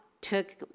took